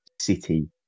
City